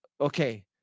Okay